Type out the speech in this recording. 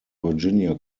virginia